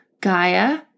Gaia